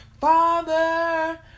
Father